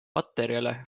materjale